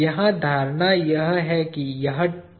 यहां धारणा यह है कि यह टेंशन में है